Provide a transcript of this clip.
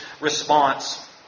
response